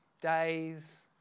days